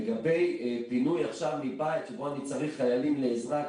לגבי פינוי עכשיו מבית שבו אני צריך חיילים לעזרה,